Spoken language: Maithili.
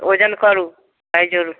ओजन करू पाइ जोड़ू